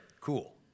Cool